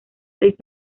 seis